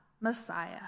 Messiah